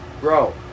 bro